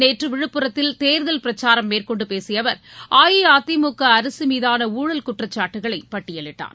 நேற்று விழுப்புரத்தில் தேர்தல் பிரச்சாரம் மேற்கொண்டு பேசிய அவர் அஇஅதிமுக அரசு மீதான ஊழல் குற்றச்சாட்டுக்களை பட்டியலிட்டார்